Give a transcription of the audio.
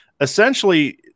essentially